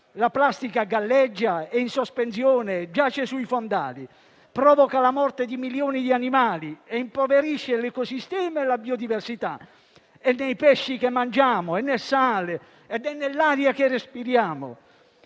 La plastica galleggia, è in sospensione e giace sui fondali; provoca la morte di milioni di animali e impoverisce l'ecosistema e la biodiversità. È nei pesci che mangiamo, nel sale e nell'aria che respiriamo.